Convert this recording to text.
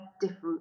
different